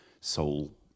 soul